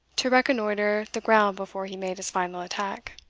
to reconnoitre the ground before he made his final attack.